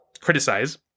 criticize